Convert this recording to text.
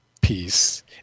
piece